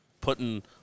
putting